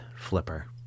Flipper